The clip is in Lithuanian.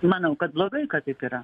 manau kad blogai kad taip yra